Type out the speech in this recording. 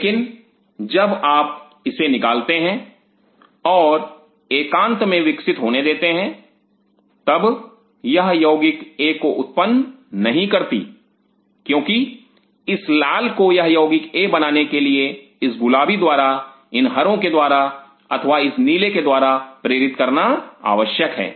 लेकिन जब आप इसे निकालते हैं और एकांत में विकसित होने देते हैं तब यह यौगिक ए को उत्पन्न नहीं करती क्योंकि इस लाल को यह यौगिक ए बनाने के लिए इस गुलाबी द्वारा इन हरों के द्वारा अथवा इस नीले के द्वारा प्रेरित करना आवश्यक है